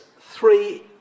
three